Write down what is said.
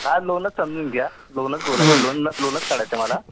car लोनच समजून घ्या लोनच बोलायचं लोनच लोनच काढायचं मला